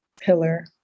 pillar